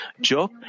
Job